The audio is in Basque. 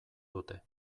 dute